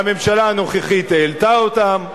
והממשלה הנוכחית העלתה אותן,